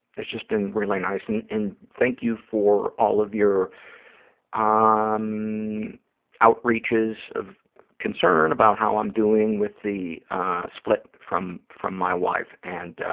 it's just been really nice. and and thank you for all of your ah um outreaches of concern about how i'm doing with the split from from my wife and,